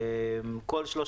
כל שלוש